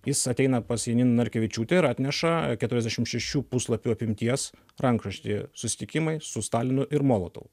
jis ateina pas janin narkevičiūtę ir atneša keturiasdešim šešių puslapių apimties rankraštį susitikimai su stalinu ir molotovu